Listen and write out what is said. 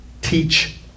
teach